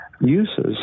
uses